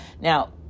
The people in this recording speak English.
Now